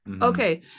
okay